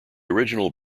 original